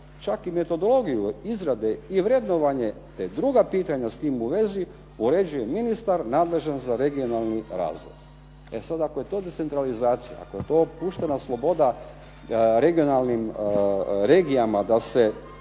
čak i metodologiju izrade i vrednovanje te druga pitanja s tim u vezi uređuje ministar nadležan za regionalni razvoj." E sad, ako je to decentralizacija, ako je to puštena sloboda regionalnim regijama da i